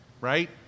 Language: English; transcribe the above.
right